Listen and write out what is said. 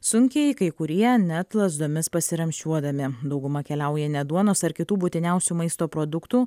sunkiai kai kurie net lazdomis pasiramsčiuodami dauguma keliauja ne duonos ar kitų būtiniausių maisto produktų